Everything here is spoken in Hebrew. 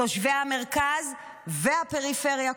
תושבי מרכז והפריפריה.